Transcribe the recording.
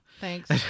thanks